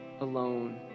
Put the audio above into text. alone